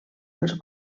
els